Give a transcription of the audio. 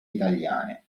italiane